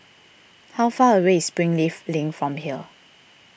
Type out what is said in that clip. how far away is Springleaf Link from here